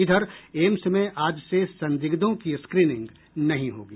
इधर एम्स में आज से संदिग्धों की स्क्रीनिंग नहीं होगी